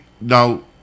now